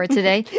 today